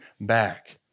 back